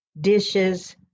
dishes